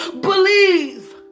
believe